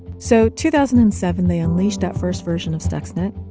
so two thousand and seven they unleashed that first version of stuxnet.